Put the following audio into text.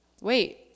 Wait